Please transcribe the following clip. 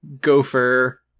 gopher